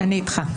אני איתך.